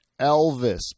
Elvis